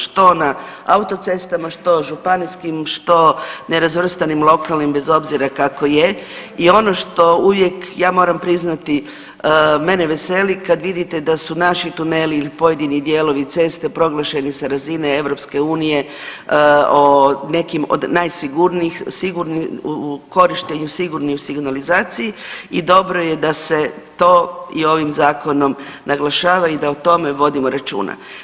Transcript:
Što na autocestama, što županijskim što nerazvrstanim lokalnim bez obzira kako je i ono što uvijek ja moram priznati mene veseli kad vidite da su naši tuneli il pojedini dijelovi ceste proglašeni sa razine EU o nekim od najsigurnijih, sigurni, u korištenju sigurni u signalizaciji i dobro je da se to i ovim zakonom naglašava i da o tome vodimo računa.